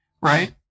Right